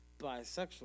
bisexual